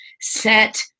set –